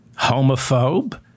homophobe